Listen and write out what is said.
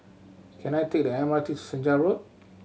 can I take the M R T Senja Road